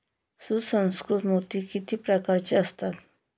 सुसंस्कृत मोती किती प्रकारचे असतात?